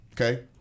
okay